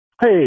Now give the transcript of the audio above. Hey